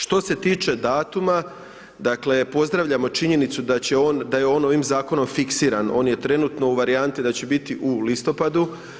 Što se tiče datuma, pozdravljamo činjenicu, da je on ovim zakonom fiksiran, on je trenutno u varijantni da će biti u listopadu.